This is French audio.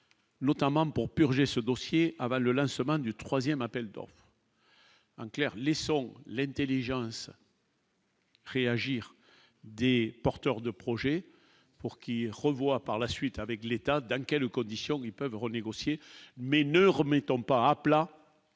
notamment pour purger ce dossier à Bâle la semaine du 3ème appel donc. En clair, laissons l'Intelligence. Réagir Des porteurs de projets pour qu'il revoie par la suite avec l'État, dans quelles conditions ils peuvent renégocier mais ne remettant pas rappela